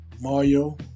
Mario